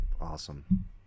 awesome